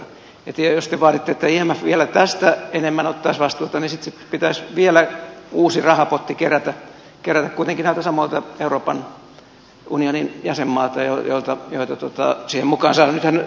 jos te vaaditte että imf vielä tästä enemmän ottaisi vastuuta niin sitten pitäisi vielä uusi rahapotti kerätä kuitenkin näiltä samoilta euroopan unionin jäsenmailta joita siihen mukaan saadaan